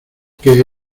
que